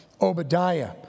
Obadiah